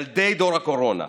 ילדי דור הקורונה,